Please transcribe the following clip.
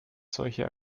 solche